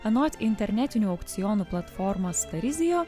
anot internetinių aukcionų platformos tarizijo